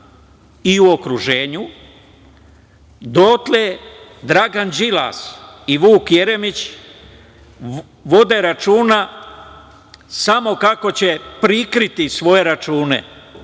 i u okruženju, dotle Dragan Đilas i Vuk Jeremić vode računa samo kako će prikriti svoje račune,